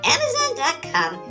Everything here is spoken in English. Amazon.com